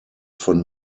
von